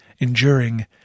enduring